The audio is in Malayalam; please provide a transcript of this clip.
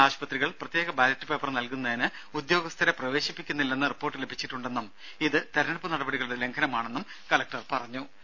ചില ആശുപത്രികൾ പ്രത്യേക ബാലറ്റ് പേപ്പർ നൽകുന്നതിന് ഉദ്യോഗസ്ഥരെ പ്രവേശിപ്പിക്കുന്നില്ലെന്ന റിപ്പോർട്ട് ലഭിച്ചിട്ടുണ്ടെന്നും ഇതു തെരഞ്ഞെടുപ്പ് നടപടികളുടെ ലംഘനമാണെന്നും കലക്ടർ പറഞ്ഞു